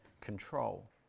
control